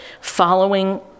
following